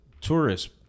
tourists